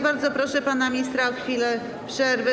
Bardzo proszę pana ministra o chwilę przerwy.